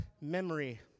memory